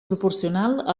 proporcional